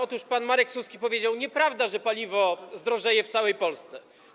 Otóż pan Marek Suski powiedział: Nieprawda, że paliwo zdrożeje w całej Polsce.